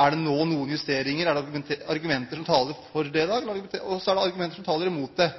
Er det nå noen justeringer? Er det noen argumenter som taler for det i dag? Er det argumenter som taler imot det?